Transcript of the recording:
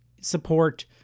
support